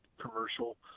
commercial